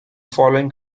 following